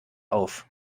auf